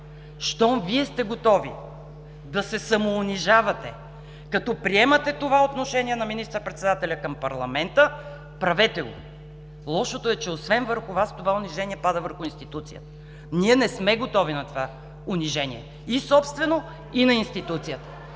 Щом Вие сте готови да се самоунижавате, като приемате това отношение на министър-председателя към парламента, правете го. Лошото е, че освен върху Вас, това унижение пада върху институцията. Ние не сме готови на това унижение и собствено, и на институцията.